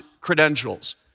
credentials